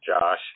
josh